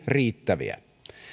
riittäviä